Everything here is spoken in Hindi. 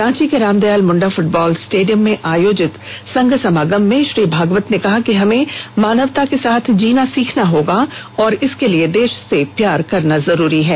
रांची के रामदयाल मुंडा फ़्टबॉल स्टेडियम में आयोजित संघ समागम में श्री भागवत ने कहा कि हमे मानवता के साथ जीना सीखना होगा और इसके लिए देश से प्यार करना जरूरी है